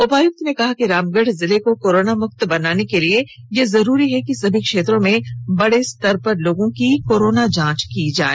उपायुक्त ने कहा कि रामगढ़ जिले को कोरोना मुक्त बनाने के लिए यह सबसे जरूरी है कि सभी क्षेत्रों में बड़े स्तर पर लोगों की कोरोना जांच की जाए